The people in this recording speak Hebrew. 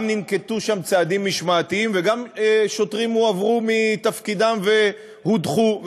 גם ננקטו שם צעדים משמעתיים וגם שוטרים הועברו מתפקידם והודחו,